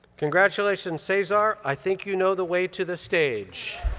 congratulations, cesar, i think you know the way to the stage.